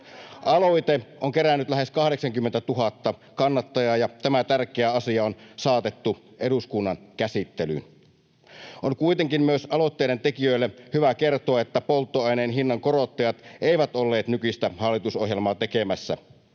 Aloite on kerännyt lähes 80 000 kannattajaa, ja tämä tärkeä asia on saatettu eduskunnan käsittelyyn. On kuitenkin myös aloitteen tekijöille hyvä kertoa, että polttoaineen hinnan korottajat eivät olleet nykyistä hallitusohjelmaa tekemässä.